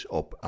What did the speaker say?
op